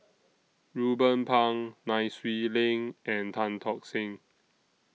Ruben Pang Nai Swee Leng and Tan Tock Seng